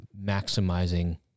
maximizing